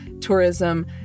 tourism